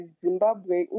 Zimbabwe